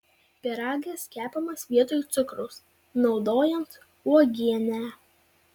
pyragas kepamas vietoj cukraus naudojant uogienę